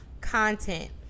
content